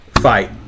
fight